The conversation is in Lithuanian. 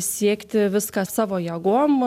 siekti viską savo jėgom